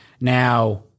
Now